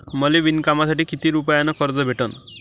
मले विणकामासाठी किती रुपयानं कर्ज भेटन?